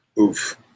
oof